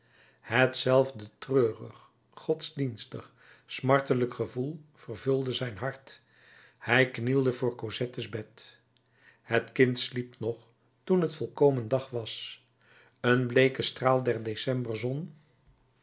hetzelfde treurig godsdienstig smartelijk gevoel vervulde zijn hart hij knielde voor cosettes bed het kind sliep nog toen het volkomen dag was een bleeke straal der